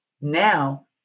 Now